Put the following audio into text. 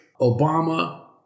Obama